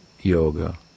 yoga